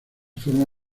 forma